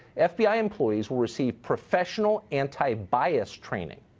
ah fbi employees will receive professional antibias training.